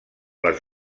les